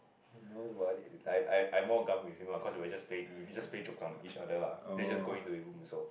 he knows about it I I I more gum with him lah because we were just play we just play joke on each other lah then you just go in to his room also